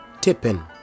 tipping